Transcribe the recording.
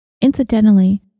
Incidentally